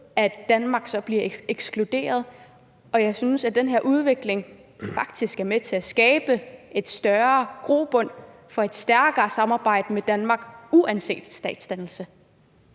at Danmark så bliver ekskluderet. Og jeg synes, at den her udvikling faktisk er med til at skabe en større grobund for et stærkere samarbejde med Danmark uanset statsdannelse.